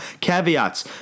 caveats